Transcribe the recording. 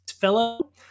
fellow